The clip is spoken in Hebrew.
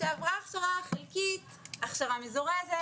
שעברה הכשרה חלקית, הכשרה מזורזת.